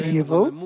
evil